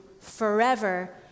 forever